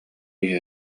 киһи